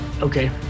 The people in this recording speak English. Okay